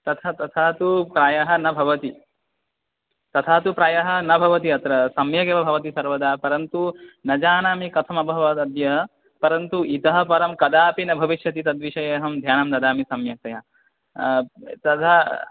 तथा तु प्रायः न भवति तथा तु प्रायः न भवति अत्र सम्यगेव भवति सर्वदा परन्तु न जानामि कथमभवत् अद्य परन्तु इतः परं कदापि न भविष्यति तद्विषये अहं ध्यानं ददामि सम्यक्तया तदा